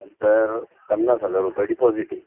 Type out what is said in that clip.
नंतर पन्नास हजार रुपये डिपॉजिट आहे